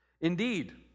Indeed